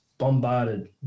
bombarded